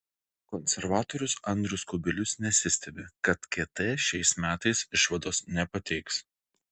konservatorius andrius kubilius nesistebi kad kt šiais metais išvados nepateiks